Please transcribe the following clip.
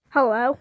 Hello